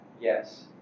Yes